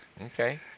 Okay